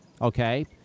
Okay